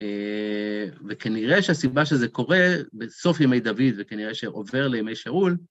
וכנראה שהסיבה שזה קורה בסוף ימי דוד וכנראה שעובר לימי שאול..